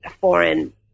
foreign